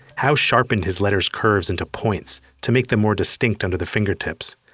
howe sharpened his letter's curves into points to make them more distinct under the fingertips.